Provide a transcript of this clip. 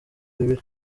bibiri